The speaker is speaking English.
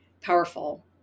powerful